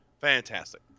Fantastic